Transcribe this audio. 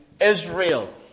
Israel